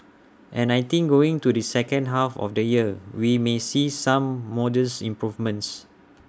and I think going to the second half of the year we may see some modest improvements